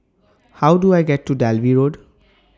How Do I get to Dalvey Road